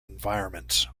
environments